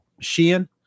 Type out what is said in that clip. sheehan